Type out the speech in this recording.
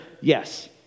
yes